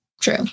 True